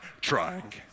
trying